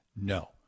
No